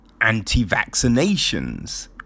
anti-vaccinations